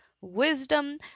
wisdom